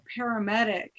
paramedic